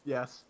Yes